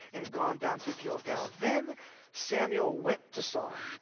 and gone down to gilgal then samuel went to saul,